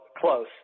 close